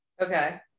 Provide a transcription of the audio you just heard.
Okay